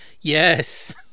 Yes